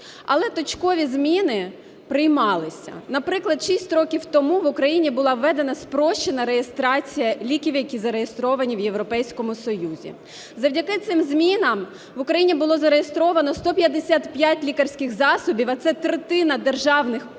але точкові зміни приймалися. Наприклад, 6 років тому в Україні була введена спрощена реєстрація ліків, які зареєстровані в Європейському Союзі. Завдяки цим змінам в Україні було зареєстровано 155 лікарських засобів, а це третина державних